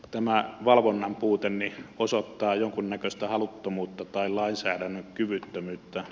tämä valvonnan puute osoittaa jonkunnäköistä haluttomuutta tai lainsäädännön kyvyttömyyttä